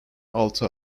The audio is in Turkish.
altı